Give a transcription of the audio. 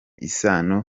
isano